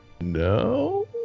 No